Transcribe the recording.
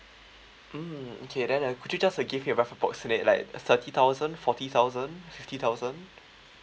mm okay then uh could you just uh give me a rough approximate like thirty thousand forty thousand fifty thousand